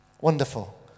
Wonderful